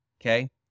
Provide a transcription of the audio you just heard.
Okay